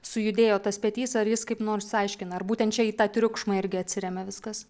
sujudėjo tas petys ar jis kaip nors aiškina ar būtent čia į tą triukšmą irgi atsiremia viskas